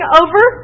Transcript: over